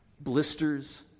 Blisters